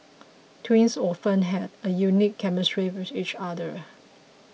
twins often have a unique chemistry with each other